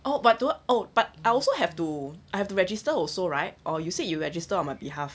oh but oh but I also have to I have to register also right or you said you register on my behalf